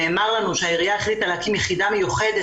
נאמר לנו שהעירייה החליטה להקים יחידה מיוחדת